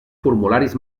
formularis